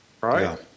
Right